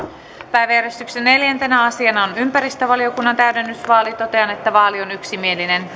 päiväjärjestyksen neljäntenä asiana on toimielimen täydennysvaali totean että vaali on yksimielinen